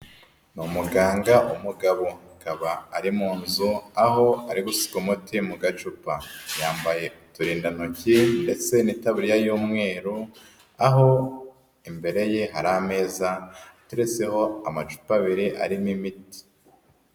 Ni umuganga w'umugabo. Akaba ari mu nzu aho ari gusuka umuti mu gacupa. Yambaye uturindantoki ndetse n'itaburiya y'umweru, aho imbere ye hari ameza ateretseho amacupa abiri arimo imiti.